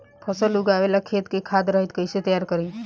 फसल उगवे ला खेत के खाद रहित कैसे तैयार करी?